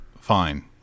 fine